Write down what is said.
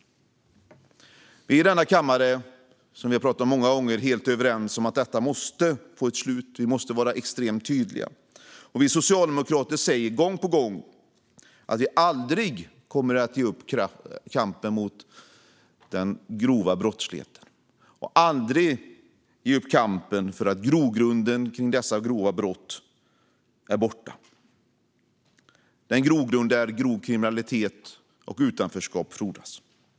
Vi är i denna kammare, som vi har talat om många gånger, helt överens om att detta måste få ett slut. Vi måste vara extremt tydliga. Vi socialdemokrater säger gång på gång att vi aldrig kommer att ge upp kampen mot den grova brottsligheten och kampen för att få bort grogrunden för dessa grova brott - den grogrund där grov kriminalitet och utanförskap frodas.